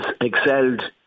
excelled